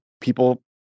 people